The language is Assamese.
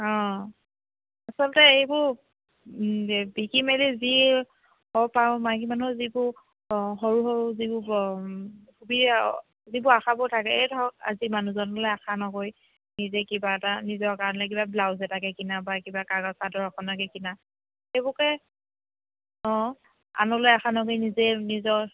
অ আচলতে এইবোৰ বিক্ৰী মেলি যি হ'ব পাৰোঁ মাইকী মানুহৰ যিবোৰ অ সৰু সৰু যিবোৰ যিবোৰ আশাবোৰ থাকে এই ধৰক আজি মানুহজনলৈ আশা নকৰি নিজে কিবা এটা নিজৰ কাৰণে কিবা ব্লাউজ এটাকে কিনা বা কিবা কাৰণত চাদৰ এখনকে কিনা এইবোৰকে অ আনলৈ আশা নকৰি নিজে নিজৰ